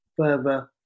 further